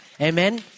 Amen